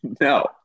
No